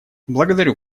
благодарю